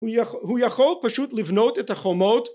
הוא יכול פשוט לבנות את החומות